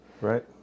Right